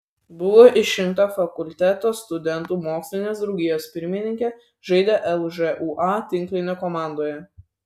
buvo išrinkta fakulteto studentų mokslinės draugijos pirmininke žaidė lžūa tinklinio komandoje